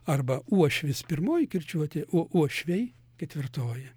arba uošvis pirmoji kirčiuotė o uošviai ketvirtoji